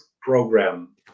program